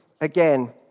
again